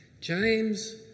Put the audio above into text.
James